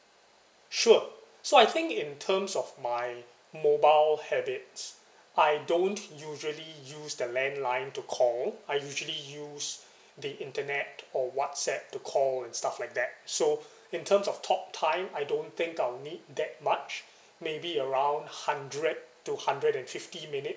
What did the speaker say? sure so I think in terms of my mobile habits I don't usually use the land line to call I usually use the internet or whatsapp to call and stuff like that so in terms of talk time I don't think I'll need that much maybe around hundred to hundred and fifty minutes